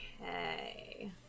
Okay